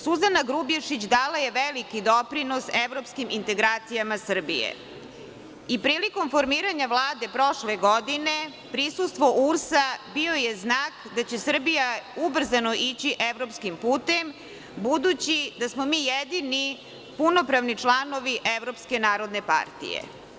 Suzana Grubješić dala je veliki doprinos evropskim integracijama Srbije i prilikom formiranja Vlade prošle godine prisustvo URS bio je znak da će Srbija ubrzano ići evropskim putem, budući da smo mi jedini punopravni članovi Evropske narodne partije.